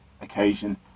occasion